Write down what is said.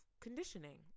conditioning